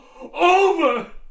over